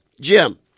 Jim